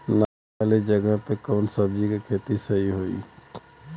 नामी वाले जगह पे कवन सब्जी के खेती सही होई?